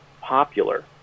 popular